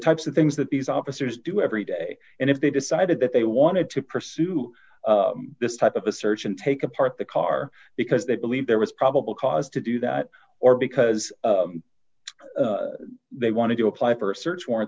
types of things that these officers do every day and if they decided that they wanted to pursue this type of a search and take apart the car because they believe there was probable cause to do that or because they wanted to apply for a search warrant